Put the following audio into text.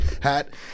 hat